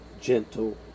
gentle